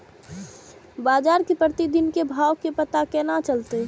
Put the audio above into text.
बजार के प्रतिदिन के भाव के पता केना चलते?